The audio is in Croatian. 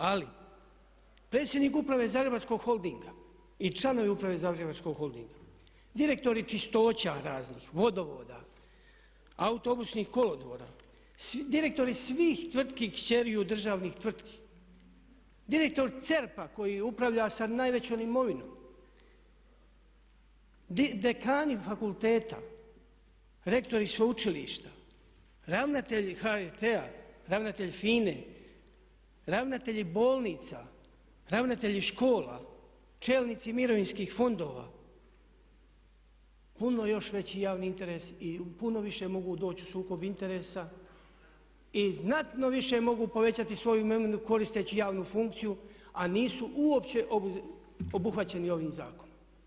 Ali predsjednik uprave Zagrebačkog holdinga i članovi Uprave Zagrebačkog holdinga, direktori čistoća raznih, vodovoda, autobusnih kolodvora, direktori svih tvrtki kćeri u državnih tvrtki, direktor CERP-a koji upravlja sa najvećom imovinom, dekani fakulteta, rektori sveučilišta, ravnatelji HRT-a, ravnatelj FINA-e, ravnatelji bolnica, ravnatelji škola, čelnici mirovinskih fondova, puno još veći javni interes i puno više mogu doći u sukob interesa i znatno više mogu povećati svoju imovinu koristeći javnu funkciju, a nisu uopće obuhvaćeni ovim zakonom.